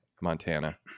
Montana